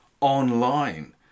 online